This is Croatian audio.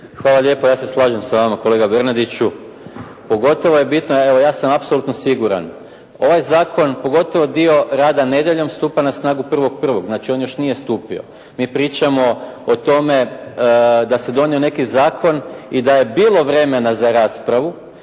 Hvala lijepo. Ja se slažem sa vama kolega Bernardiću. Pogotovo je bitno, evo ja sam apsolutno siguran, ovaj zakon pogotovo dio rada nedjeljom stupa na snagu 1.1., znači on još nije stupio. Mi pričamo o tome da se donio neki zakon i da je bilo vremena za raspravu